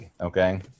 okay